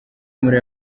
muri